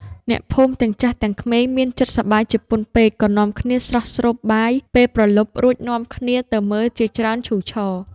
អ្នកភូមិទាំងចាស់ទាំងក្មេងមានចិត្តសប្បាយជាពន់ពេកក៏នាំគ្នាស្រស់ស្រូបបាយពេលព្រលប់ រួចនាំគ្នាទៅមើលជាច្រើនឈូឆរ។